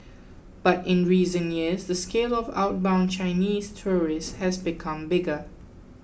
but in recent years the scale of outbound Chinese tourists has become bigger